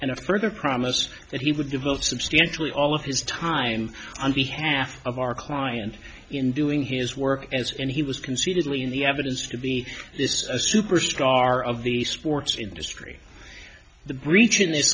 and a further promise that he would devote substantially all of his time on behalf of our client in doing his work as and he was concededly in the evidence to be this a superstar of the sports industry the breach in this